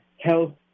health